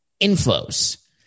inflows